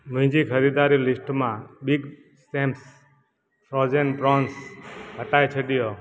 मुंहिंजी ख़रीदारी जी लिस्ट मां बिग सेम्स फ्रोजेन प्रॉन्स हटाए छॾियो